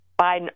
Biden